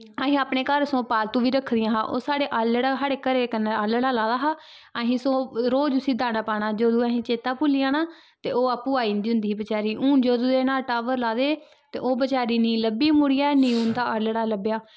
असीं अपने घर सगों पालतू बी रक्खी दि'यां हां ओह् साढ़े आह्लड़े साढ़े घरै दे कन्नै आह्लड़ा लाए दा हा असीं सगों रोज उस्सी दाना पाना जदूं असीं चेत्ता भुल्ली जाना ते ओह् आपूं आई जंदी होंदी ही बचारी हून जदूं दे इ'नें टावर लाए दे ते ओह् बचारी निं लब्भी मुड़ियै निं उं'दा आह्लड़ा लब्भेआ